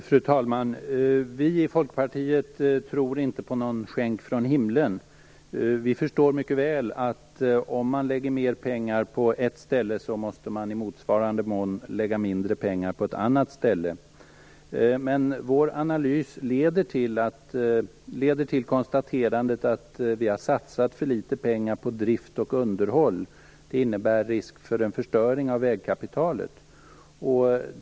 Fru talman! Vi i Folkpartiet tror inte på någon skänk från himlen. Vi förstår mycket väl att om man lägger mer pengar på ett ställe så måste man i motsvarande mån lägga mindre pengar på ett annat ställe. Men vår analys leder till konstaterandet att det har satsats för litet pengar på drift och underhåll, vilket innebär en risk för en förstöring av vägkapitalet.